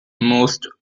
most